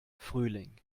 frühling